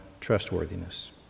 trustworthiness